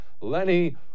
Lenny